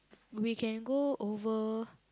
we can go over